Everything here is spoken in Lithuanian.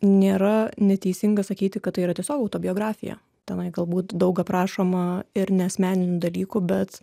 nėra neteisinga sakyti kad tai yra tiesiog autobiografija tenai galbūt daug aprašoma ir ne asmeninių dalykų bet